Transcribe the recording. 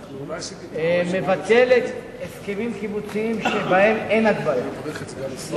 מבטלת הסכמים קיבוציים שבהם אין הגבלה?